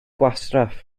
gwastraff